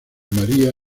maría